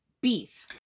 beef